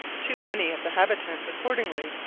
too many of the habitants, accordingly,